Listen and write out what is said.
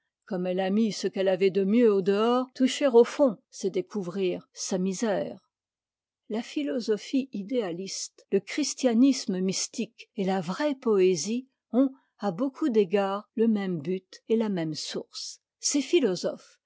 comme elle a mis ce qu'elle avait de mieux au dehors toucher au fond c'est découvrir sa misère la philosophie idéaliste le christianisme mystique et la vraie poésie ont à beaucoup d'égards le même but et la même source ces philosophes